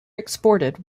exported